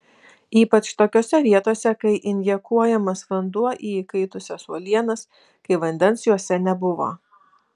ypač tokiose vietose kai injekuojamas vanduo į įkaitusias uolienas kai vandens juose nebuvo